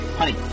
Honey